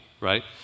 right